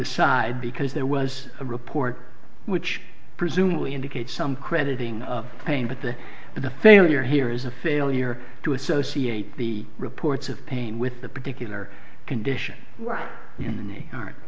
the side because there was a report which presumably indicates some crediting of pain but the the failure here is a failure to associate the reports of pain with the particular condition in